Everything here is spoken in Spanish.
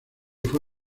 fue